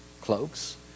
cloaks